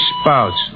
spouts